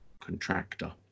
contractor